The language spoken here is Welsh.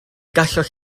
gallwch